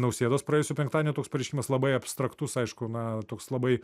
nausėdos praėjusio penktadienio toks pareiškimas labai abstraktus aišku na toks labai